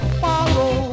follow